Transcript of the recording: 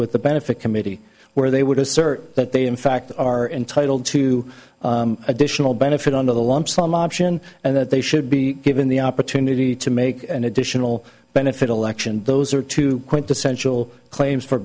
with the benefit committee where they would assert that they in fact are entitled to additional benefit under the lump sum option and that they should be given the opportunity to make an additional benefit election those are two quintessential claims for